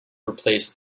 replaced